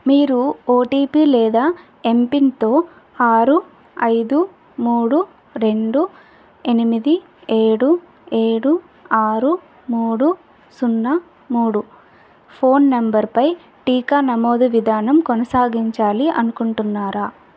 మీరు ఓటీపీ లేదా ఎమ్పిన్తో ఆరు ఐదు మూడు రెండు ఎనిమిది ఏడు ఏడు ఆరు మూడు సున్నా మూడు ఫోన్ నంబర్ పై టీకా నమోదు విధానం కొనసాగించాలి అనుకుంటున్నారా